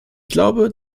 glaube